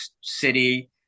city